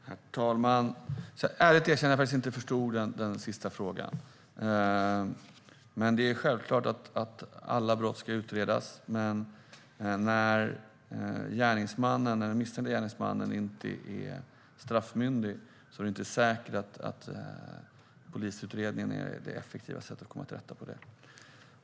Herr talman! Jag ska ärligt erkänna att jag inte förstod den sista frågan. Det är självklart att alla brott ska utredas. Men när den misstänkte gärningsmannen inte är straffmyndig är det inte säkert att en polisutredning är det effektivaste sättet.